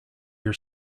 your